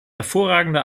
hervorragende